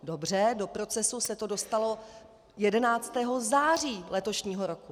Dobře, do procesu se to dostalo 11. září letošního roku.